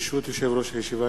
ברשות יושב-ראש הישיבה,